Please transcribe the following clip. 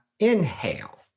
Inhale